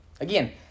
Again